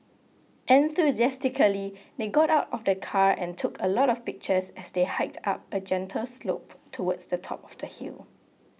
enthusiastically they got out of the car and took a lot of pictures as they hiked up a gentle slope towards the top of the hill